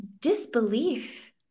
disbelief